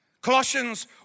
Colossians